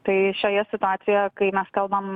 tai šioje situacijoje kai mes kalbam